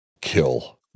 Kill